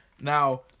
Now